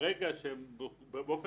לגבי